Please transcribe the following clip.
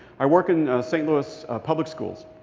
i work in st. louis public schools.